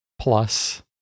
Plus